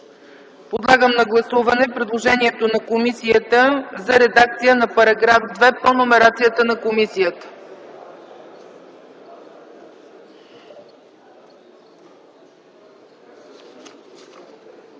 Подлагам на гласуване предложението на комисията за редакция на § 2 по номерацията на комисията.